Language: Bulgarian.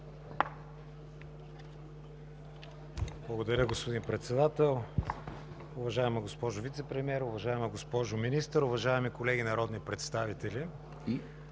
Благодаря, господин Председател. Уважаема госпожо Вицепремиер, уважаема госпожо Министър, уважаеми колеги народни представители!